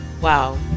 Wow